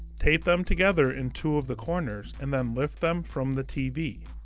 tape them together in two of the corners and then lift them from the tv.